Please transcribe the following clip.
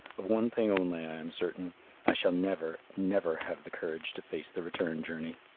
of one thing only i am certain i shall never, never have the courage to face the return journey.